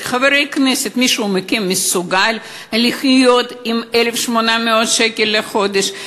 ואת חברי הכנסת: מישהו מכם מסוגל לחיות על 1,800 שקל לחודש?